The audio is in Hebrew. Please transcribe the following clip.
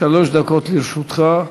שלוש דקות לרשותך.